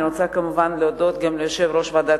אני רוצה כמובן להודות ליושב-ראש ועדת